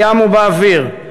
בים ובאוויר,